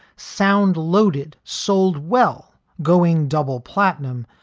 sound loaded, sold well, going double platinum,